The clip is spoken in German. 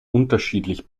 unterschiedlich